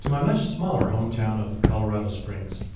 to my much smaller hometown of colorado springs.